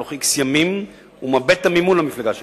בתוך כמה ימים הוא מאבד את המימון למפלגה שלו.